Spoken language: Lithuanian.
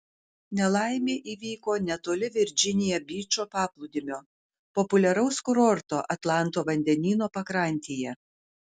nelaimė įvyko netoli virdžinija byčo paplūdimio populiaraus kurorto atlanto vandenyno pakrantėje